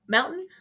Mountain